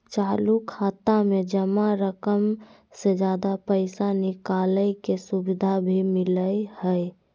चालू खाता में जमा रकम से ज्यादा पैसा निकालय के सुविधा भी मिलय हइ